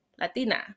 latina